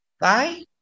Bye